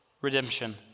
redemption